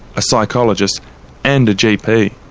a psychologist and a gp.